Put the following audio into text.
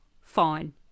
Fine